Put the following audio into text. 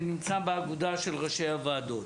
אני נמצא באגודה של ראשי הוועדות,